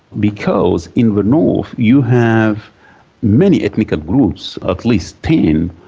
because in the north you have many ethnical groups, at least ten,